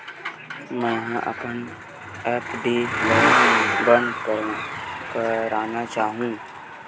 मेंहा अपन एफ.डी ला बंद करना चाहहु